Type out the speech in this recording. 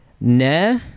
nah